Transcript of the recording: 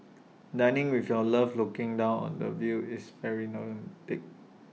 dining with your love looking down on the view is very romantic